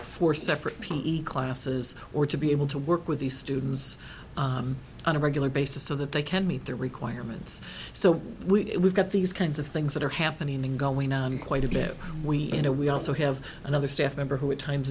for separate classes or to be able to work with these students on a regular basis so that they can meet their requirements so we got these kinds of things that are happening going on quite a bit we in a we also have another staff member who at times